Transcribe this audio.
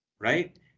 Right